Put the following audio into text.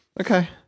Okay